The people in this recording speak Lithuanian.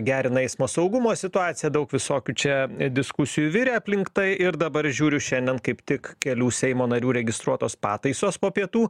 gerina eismo saugumo situaciją daug visokių čia diskusijų virė aplink tai ir dabar žiūriu šiandien kaip tik kelių seimo narių registruotos pataisos po pietų